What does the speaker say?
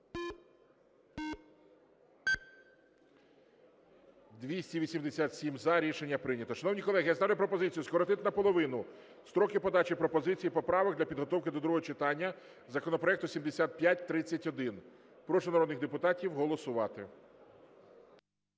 За-287 Рішення прийнято. Шановні колеги, я ставлю пропозицію скоротити наполовину строки подачі пропозицій і поправок для підготовки до другого читання законопроекту 7531. Прошу народних депутатів голосувати.